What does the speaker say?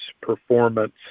performance